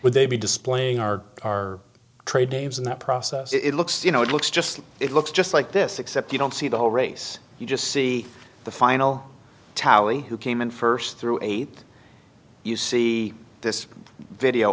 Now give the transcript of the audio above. would they be displaying are our trade names in that process it looks you know it looks just it looks just like this except you don't see the whole race you just see the final tally who came in first through eight you see this video